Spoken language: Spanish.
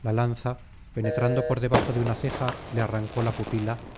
la lanza penetrando por debajo de una ceja le arrancó la pupila